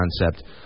concept